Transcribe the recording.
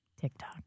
TikTok